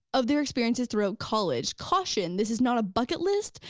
of their experiences throughout college, caution this is not a bucket list,